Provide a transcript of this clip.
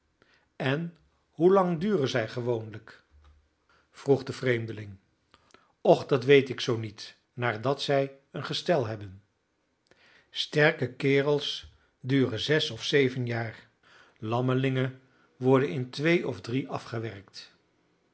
en hoe lang duren zij gewoonlijk vroeg de vreemdeling och dat weet ik zoo niet naardat zij een gestel hebben sterke kerels duren zes of zeven jaar lammelingen worden in twee of drie afgewerkt